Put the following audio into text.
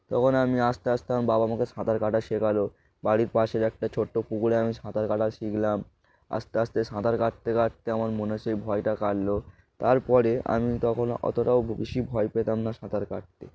তখন আমি আস্তে আস্তে আমার বাবা আমাকে সাঁতার কাটা শেখাল বাড়ির পাশের একটা ছোট্ট পুকুরে আমি সাঁতার কাটা শিখলাম আস্তে আস্তে সাঁতার কাটতে কাটতে আমার মনের সেই ভয়টা কাটল তার পরে আমি তখন অতটাও বেশি ভয় পেতাম না সাঁতার কাটতে